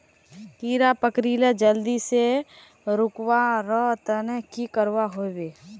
कीड़ा पकरिले जल्दी से रुकवा र तने की करवा होबे?